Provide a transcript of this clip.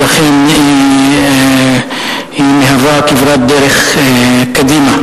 ולכן היא מהווה כברת דרך קדימה.